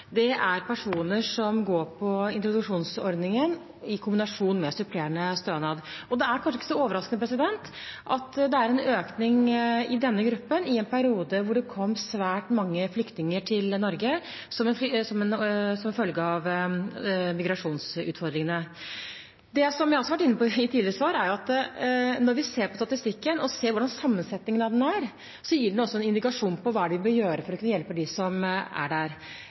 det er en økning i denne gruppen i en periode da det kom svært mange flyktninger til Norge som en følge av migrasjonsutfordringene. Det som jeg også har vært inne på i tidligere svar, er at når vi ser på statistikken og ser hvordan sammensetningen av den er, gir den også en indikasjon på hva det er vi bør gjøre for å kunne hjelpe dem som er der.